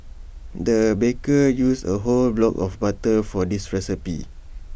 the baker used A whole block of butter for this recipe